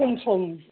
खम सम